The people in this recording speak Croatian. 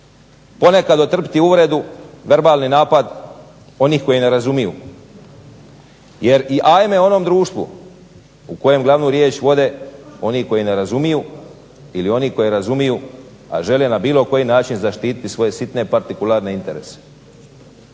Ponekad otrpiti uvredu, verbalni napad onih koji ne razumiju jer i ajme onom društvu u kojem glavnu riječ vode oni koji ne razumiju ili oni koji razumiju a žele na bilo koji način zaštititi svoje sitne partikularne interese.